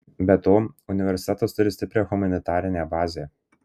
be to universitetas turi stiprią humanitarinę bazę